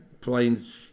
planes